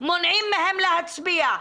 מונעים להם להצביע,